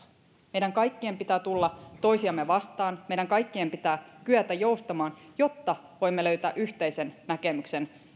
meidän kaikkien pitää tulla toisiamme vastaan meidän kaikkien pitää kyetä joustamaan jotta voimme löytää yhteisen näkemyksen